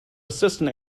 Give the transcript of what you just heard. assistant